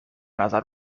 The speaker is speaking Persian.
نظر